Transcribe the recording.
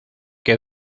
que